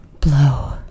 Blow